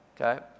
Okay